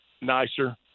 nicer